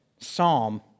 psalm